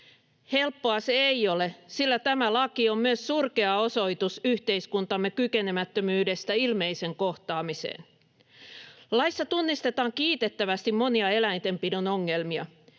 Helppoa se ei ole, sillä tämä laki on myös surkea osoitus yhteiskuntamme kykenemättömyydestä ilmeisen kohtaamiseen. Laissa tunnistetaan kiitettävästi monia eläintenpidon ongelmia.